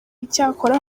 icyakora